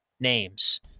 Names